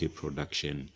production